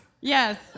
Yes